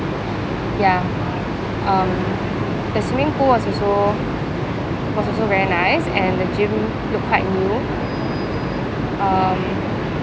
ya um the swimming pool was also was also very nice and the gym looked quite new um